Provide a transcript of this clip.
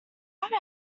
have